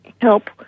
help